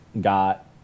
got